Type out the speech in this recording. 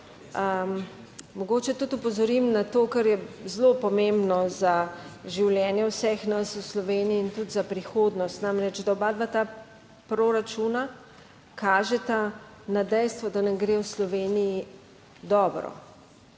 mogoče tudi opozorim na to, kar je zelo pomembno za življenje vseh nas v Sloveniji in tudi za prihodnost, namreč, da obadva ta proračuna kažeta na dejstvo, da nam gre v Sloveniji dobro